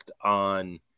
on